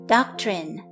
Doctrine